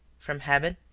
from habit,